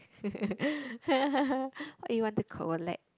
what you want to collect